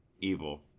evil